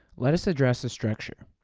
let us address the structure.